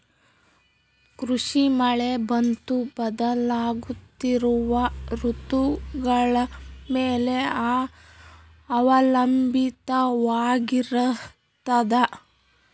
ಕೃಷಿ ಮಳೆ ಮತ್ತು ಬದಲಾಗುತ್ತಿರುವ ಋತುಗಳ ಮೇಲೆ ಅವಲಂಬಿತವಾಗಿರತದ